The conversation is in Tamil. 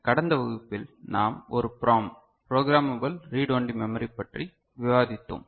கடந்த வகுப்பில் நாம் ஒரு PROM programmable read only memory பற்றி விவாதித்தோம்